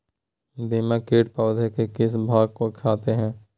दीमक किट पौधे के किस भाग को खाते हैं?